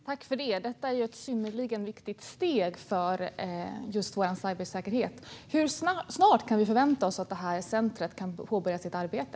Fru talman! Detta är ett synnerligen viktigt steg för vår cybersäkerhet. Hur snart kan vi förvänta oss att detta center påbörjar sitt arbete?